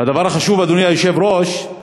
והדבר החשוב, אדוני היושב-ראש: